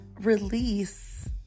release